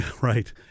Right